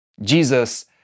Jesus